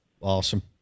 awesome